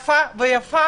איפה ואיפה.